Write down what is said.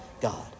God